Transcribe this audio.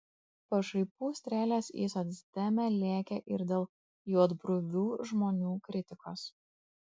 pašaipų strėlės į socdemę lėkė ir dėl juodbruvių žmonių kritikos